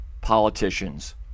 politicians